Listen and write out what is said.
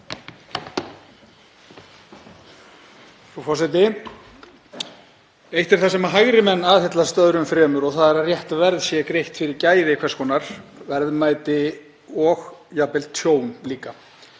Frú forseti. Eitt er það sem hægri menn aðhyllast öðru fremur og það er að rétt verð sé greitt fyrir gæði, hvers konar verðmæti og jafnvel tjón líka.